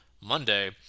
Monday